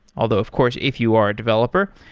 although of course if you are a developer,